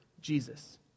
Jesus